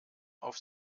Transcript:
auf